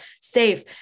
safe